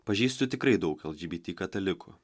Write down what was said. pažįstu tikrai daug lgbt katalikų